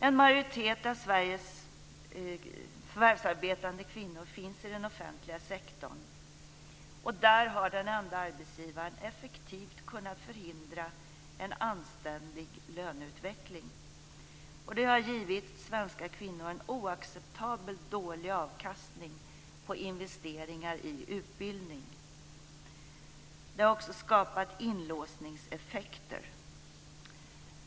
En majoritet av Sveriges förvärvsarbetande kvinnor finns i den offentliga sektorn, och där har den enda arbetsgivaren effektivt kunnat förhindra en anständig löneutveckling. Det har givit svenska kvinnor en oacceptabelt dålig avkastning på investeringar i utbildning. Det har också skapat inlåsningseffekter.